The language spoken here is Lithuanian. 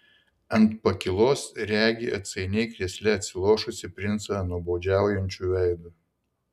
ant pakylos regi atsainiai krėsle atsilošusį princą nuobodžiaujančiu veidu